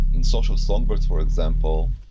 in social songbirds, for example,